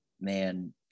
man